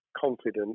confident